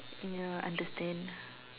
ya understand